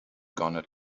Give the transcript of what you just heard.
gonna